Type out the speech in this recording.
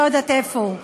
אני לא יודעת איפה הוא,